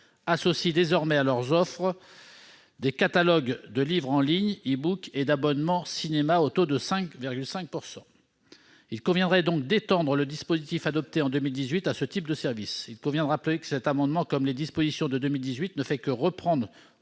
associent désormais à leurs offres des catalogues de livres en ligne, ou, et d'abonnement de cinéma, soumis au taux de 5,5 %. Il conviendrait donc d'étendre le dispositif adopté en 2018 à ce type de services. Rappelons que cet amendement, comme les dispositions votées en 2018, ne vise qu'à reprendre